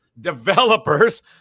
developers